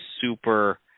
super